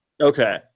Okay